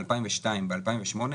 ב-2002 וב-2008,